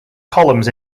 columns